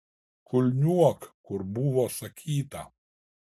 kulniuok kur buvo sakyta